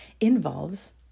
involves